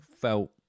felt